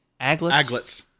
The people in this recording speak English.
Aglets